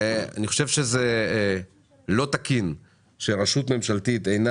אני חושב שזה לא תקין שרשות ממשלתית אינה